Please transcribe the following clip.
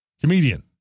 Comedian